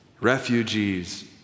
refugees